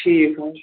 ٹھیٖک حظ چھُ